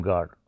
God